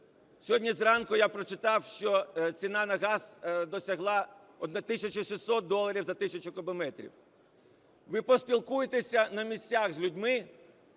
Сьогодні зранку я прочитав, що ціна на газ досягла 1 тисячі 600 доларів за тисячу кубометрів. Ви поспілкуйтеся на місцях з людьми,